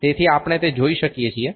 તેથી આપણે તે જોઈ શકીએ છીએ